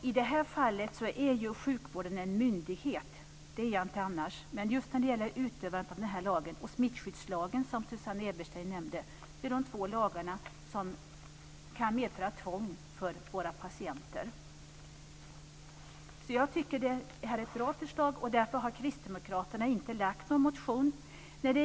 I det här fallet är sjukvården en myndighet. Så är annars inte fallet, men just den här lagen och smittskyddslagen, som Susanne Eberstein nämnde, är de två lagar som kan medföra tvång för patienter. Jag tycker alltså att de framlagda förslagen är bra, och kristdemokraterna har inte väckt någon motion i ärendet.